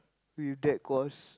with that cost